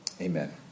Amen